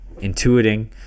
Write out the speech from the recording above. intuiting